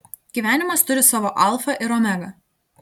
gyvenimas turi savo alfą ir omegą